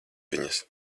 viņas